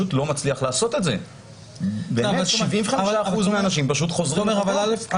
זה לא מצליח, אחוז גדול מהאנשים חוזרים לחובות.